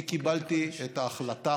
אני קיבלתי את ההחלטה